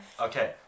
Okay